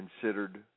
considered